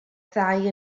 ddau